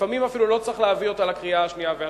לפעמים אפילו לא צריך להביא אותה לקריאה השנייה והשלישית.